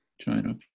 China